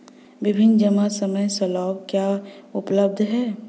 विभिन्न जमा समय स्लैब क्या उपलब्ध हैं?